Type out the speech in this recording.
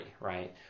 right